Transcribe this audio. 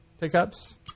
pickups